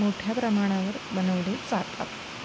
मोठ्या प्रमाणावर बनवले जातात